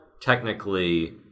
Technically